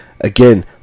again